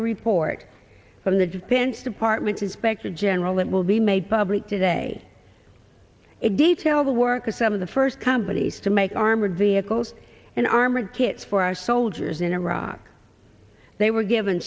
report from the defense department's inspector general it will be made public today it details the work of some of the first companies to make armored vehicles and armored kits for our soldiers in iraq they were given